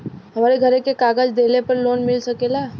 हमरे घरे के कागज दहिले पे लोन मिल सकेला?